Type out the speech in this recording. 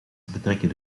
betrekken